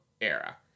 era